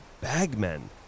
bagmen